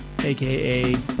aka